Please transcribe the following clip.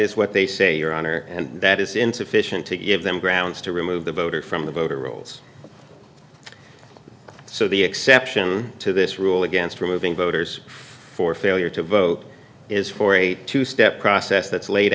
is what they say your honor and that is insufficient to give them grounds to remove the voter from the voter rolls so the exception to this rule against removing voters for failure to vote is for a two step process that's laid